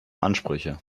ansprüche